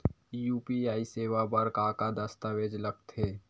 UPI सेवा बर का का दस्तावेज लगथे?